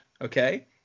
Okay